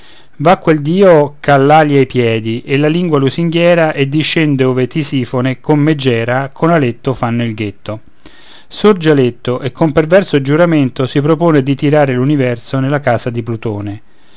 va quel dio che ha l'ali ai piedi e la lingua lusinghiera e discende ove tisìfone con megera con aletto fanno il ghetto sorge aletto e con perverso giuramento si propone di tirare l'universo nella casa di plutone